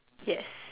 yes